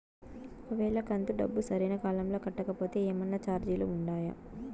ఒక వేళ కంతు డబ్బు సరైన కాలంలో కట్టకపోతే ఏమన్నా చార్జీలు ఉండాయా?